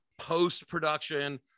post-production